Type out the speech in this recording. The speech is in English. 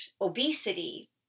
obesity